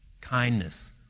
kindness